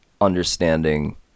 understanding